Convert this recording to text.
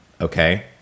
Okay